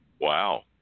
Wow